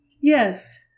Yes